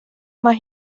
mae